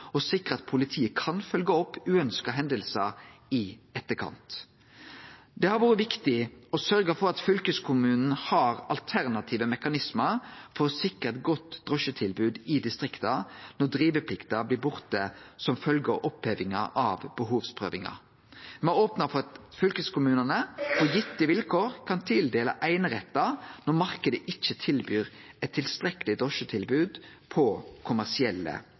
og sikre at politiet kan følgje opp uønskte hendingar i etterkant. Det har vore viktig å sørgje for at fylkeskommunen har alternative mekanismar for å sikre eit godt drosjetilbod i distrikta når driveplikta blir borte som følgje av opphevinga av behovsprøvinga. Me har opna for at fylkeskommunane på gitte vilkår kan tildele einerettar når marknaden ikkje tilbyr eit tilstrekkeleg drosjetilbod på kommersielle